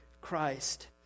Christ